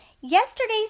Yesterday's